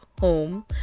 home